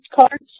cards